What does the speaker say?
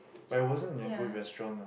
by wasn't good restaurant lah